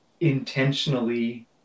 intentionally